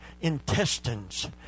intestines